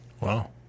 Wow